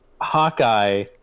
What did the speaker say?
Hawkeye